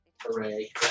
Hooray